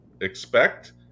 expect